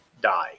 die